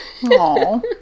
Aww